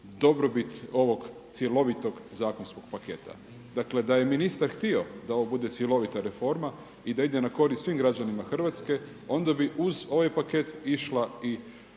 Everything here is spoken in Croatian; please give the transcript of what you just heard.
dobrobit ovog cjelovitog zakonskog paketa. Dakle da je ministar htio da ovo bude cjelovita reforma i da ide na korist svim građanima Hrvatske onda bi uz ovaj paket išla i